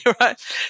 right